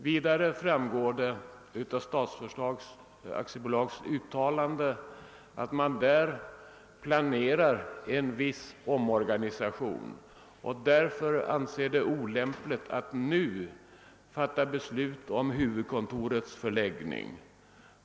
Vidare framgår av det uttalande som Statsföretag AB gjort, att man där planerer en viss omorganisation och därför anser det olämpligt att nu fatta beslut om huvudkontorets förläggning.